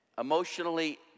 emotionally